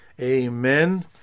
amen